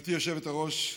גברתי היושבת-ראש,